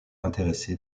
intéressé